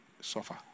suffer